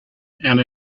and